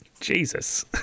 Jesus